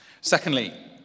Secondly